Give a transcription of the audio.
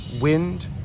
wind